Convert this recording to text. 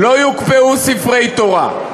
לא יוקפאו ספרי תורה.